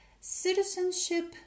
Citizenship